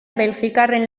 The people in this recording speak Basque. belgikarren